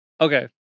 okay